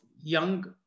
young